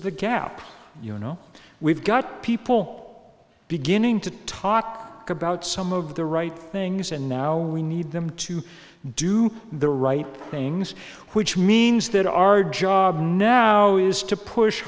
the gap you know we've got people beginning to talk about some of the right things and now we need them to do the right things which means that our job now is to push